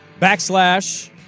Backslash